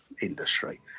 industry